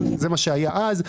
זה מה שהיה אז.